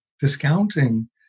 discounting